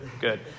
good